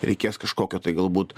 reikės kažkokio tai galbūt